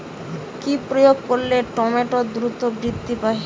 কি প্রয়োগ করলে টমেটো দ্রুত বৃদ্ধি পায়?